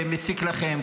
מציק לכם,